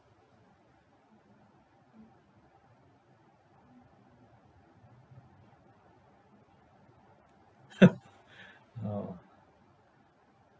orh